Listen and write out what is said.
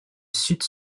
sud